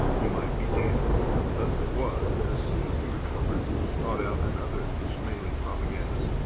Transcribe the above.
he might be damned. thus it was that as soon as he recovered he sought out another ismaili propagandist,